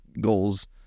goals